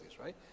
right